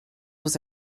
was